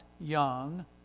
young